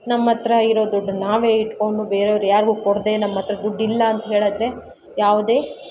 ನಮ್ಮ ಹತ್ರ ಇರೋ ದುಡ್ಡು ನಾವೇ ಇಟ್ಕೊಂಡು ಬೇರೇವ್ರು ಯಾರಿಗೂ ಕೊಡದೇ ನಮ್ಮ ಹತ್ರ ದುಡ್ಡಿಲ್ಲ ಅಂತ ಹೇಳಿದ್ರೆ ಯಾವುದೇ